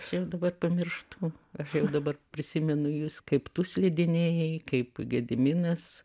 aš jau dabar pamirštu aš jau dabar prisimenu jus kaip tu slidinėjai kaip gediminas